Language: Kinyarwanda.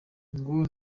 ngo